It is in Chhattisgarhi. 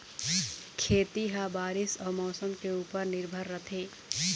खेती ह बारीस अऊ मौसम के ऊपर निर्भर रथे